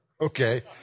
okay